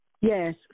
Yes